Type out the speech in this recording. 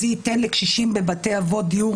זה ייתן מענה לקשישים בבתי אבות ובדיור